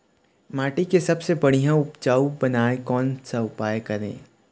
माटी के सबसे बढ़िया उपजाऊ बनाए कोन सा उपाय करें?